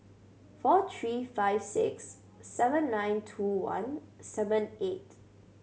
four three five six seven nine two one seven eight